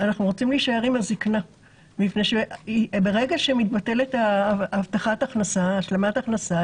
אנחנו רוצים להישאר עם קצבת הזקנה כי ברגע שמתבטלת השלמת הכנסה,